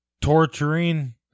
torturing